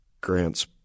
Grant's